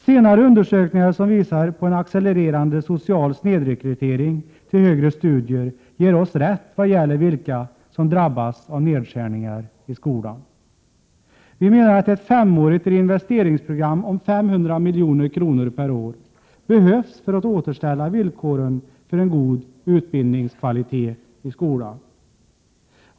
Senare undersökningar som visar på en accelererande social snedrekrytering till högre studier ger oss rätt vad gäller vilka som drabbats av nedskärningar i skolan. Vi menar att ett femårigt reinvesteringsprogram om 500 milj.kr. per år behövs för att återställa villkoren för en god utbildningskvalitet i skolan.